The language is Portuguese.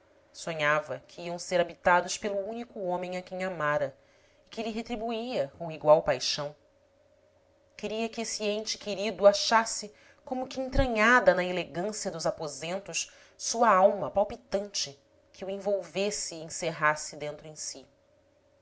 sonhava que iam ser habitados pelo único homem a quem amara e que lhe retribuía com igual paixão queria que esse ente querido achasse como que entranhada na elegância dos aposentos sua alma palpitante que o envolvesse e encerrasse dentro em si